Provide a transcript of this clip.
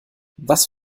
was